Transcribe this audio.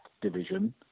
division